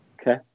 Okay